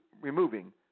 removing